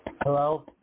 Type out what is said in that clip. Hello